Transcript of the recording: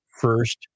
first